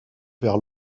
vers